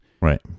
right